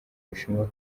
bushinwa